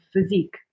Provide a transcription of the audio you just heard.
physique